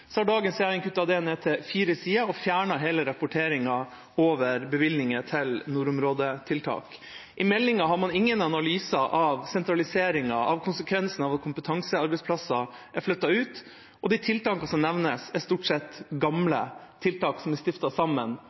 har dagens regjering kuttet det ned til fire sider og fjernet hele rapporteringen over bevilgninger til nordområdetiltak. I meldingen har man ingen analyser av sentraliseringen, av konsekvensen av at kompetansearbeidsplasser er flyttet ut, og de tiltakene som nevnes, er stort sett gamle tiltak som er stiftet sammen,